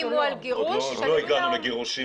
לא, לא איימו בגירוש --- עוד לא הגענו לגירוש.